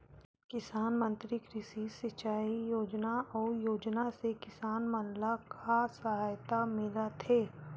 प्रधान मंतरी कृषि सिंचाई योजना अउ योजना से किसान मन ला का सहायता मिलत हे?